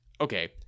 Okay